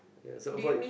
ya so avoid you